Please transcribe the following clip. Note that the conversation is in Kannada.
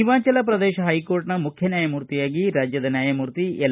ಹಿಮಾಚಲ ಪ್ರದೇಶ ಹೈಕೋರ್ಟ್ನ ಮುಖ್ಯ ನ್ವಾಯಮೂರ್ತಿಯಾಗಿ ರಾಜ್ಯದ ನ್ವಾಯಮೂರ್ತಿ ಎಲ್